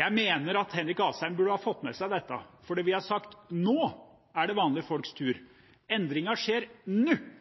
Jeg mener at Henrik Asheim burde ha fått med seg dette, for vi har sagt: Nå er det vanlige folks tur. Endringen skjer